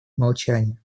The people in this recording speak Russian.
молчание